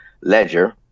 ledger